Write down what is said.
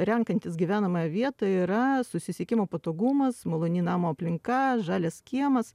renkantis gyvenamąją vietą yra susisiekimo patogumas maloni namo aplinka žalias kiemas